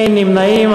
אין נמנעים.